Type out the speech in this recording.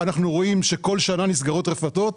אנחנו רואים שכל שנה נסגרות רפתות.